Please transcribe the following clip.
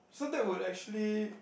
so that would actually